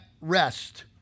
rest